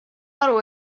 aru